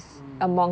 mm